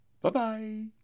Bye-bye